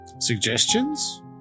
Suggestions